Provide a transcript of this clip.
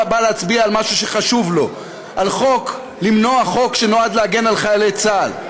בא להצביע על משהו שחשוב לו: למנוע חוק שנועד להגן על חיילי צה"ל.